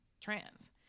trans